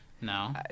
no